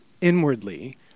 inwardly